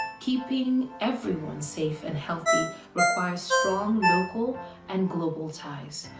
keeping everyone safe and healthy requires strong local and global ties.